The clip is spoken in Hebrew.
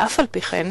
ואף-על-פי-כן